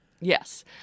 Yes